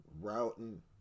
routing